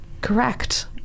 correct